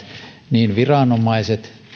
niin viranomaiset